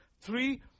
Three